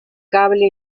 cable